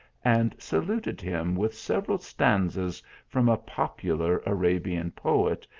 and saluted him with several stanzas from a popular arabian poet,